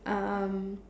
um